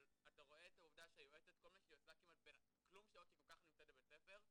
אבל אתה רואה שכל מה שהיא עושה בכלום שעות שהיא נמצאת בבית הספר,